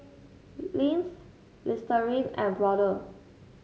Lindt Listerine and Brother